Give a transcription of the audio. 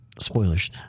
Spoilers